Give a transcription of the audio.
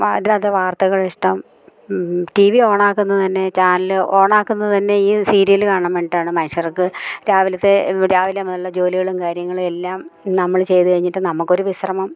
അതിനകത്തെ വാർത്തകളിഷ്ടം T V on ആക്കുന്നത് തന്നെ ചാനല് ഓൺ ആക്കുന്നത് തന്നെഈ സീരിയല് കാണാൻ വേണ്ടിയിട്ടാണ് മനുഷ്യർക്ക് രാവിലത്തെ രാവിലെ മുതല് ജോലികളും കാര്യങ്ങളും എല്ലാം നമ്മള് ചെയ്ത് കഴിഞ്ഞിട്ട് നമുക്കൊരു വിശ്രമം